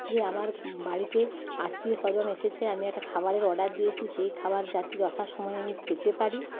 যে আমার বাড়িতে আত্মীয় স্বজন এসেছে আমি একটা খাবারের অর্ডার দিয়েছি সেই খাবার যাতে যথাসময়ে আমি পেতে পারি